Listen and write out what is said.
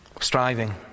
striving